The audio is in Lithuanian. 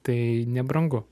tai nebrangu